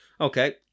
okay